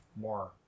more